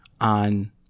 on